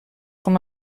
com